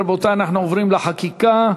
רבותי, אנחנו עוברים לחקיקה.